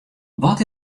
wat